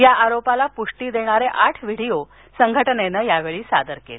या आरोपाला पृष्टी देणारे आठ व्हिडीओ संघटनेनं यावेळी सादर केले